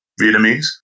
Vietnamese